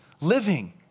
living